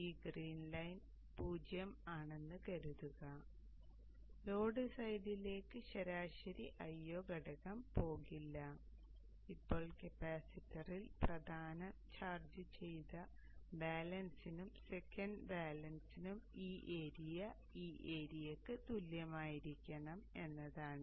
ഈ green line 0 ആണെന്ന് കരുതുക ലോഡ് സൈഡിലേക്ക് ശരാശരി Io ഘടകം പോകില്ല ഇപ്പോൾ കപ്പാസിറ്ററിൽ പ്രധാനം ചാർജ്ജ് ചെയ്ത ബാലൻസിനും സെക്കൻഡ് ബാലൻസിനും ഈ ഏരിയ ഈ ഏരിയയ്ക്ക് തുല്യമായിരിക്കണം എന്നതാണ്